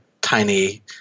tiny